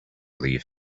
leave